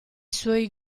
suoi